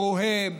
אמרו הם,